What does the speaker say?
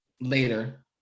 later